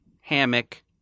hammock